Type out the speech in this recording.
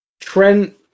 Trent